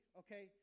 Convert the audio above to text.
okay